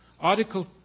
Article